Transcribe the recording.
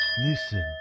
Listen